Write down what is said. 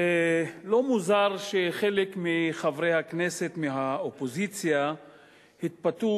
לא מוזר שחלק מחברי הכנסת מהאופוזיציה התפתו